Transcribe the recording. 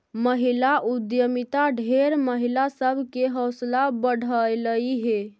महिला उद्यमिता ढेर महिला सब के हौसला बढ़यलई हे